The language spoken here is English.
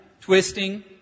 twisting